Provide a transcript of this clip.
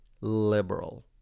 liberal